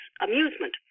amusement